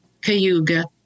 Cayuga